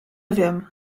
wiem